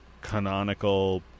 canonical